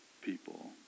people